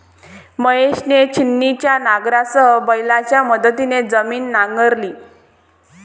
महेशने छिन्नीच्या नांगरासह बैलांच्या मदतीने जमीन नांगरली